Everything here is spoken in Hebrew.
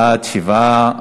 בעד, 7,